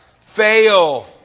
fail